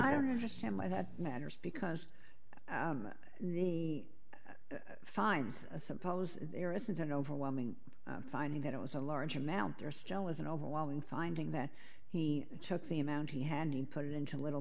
i don't understand why that matters because he finds a supposed there isn't an overwhelming finding that it was a large amount there still is an overwhelming finding that he took the amount he had and put it into little